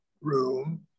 room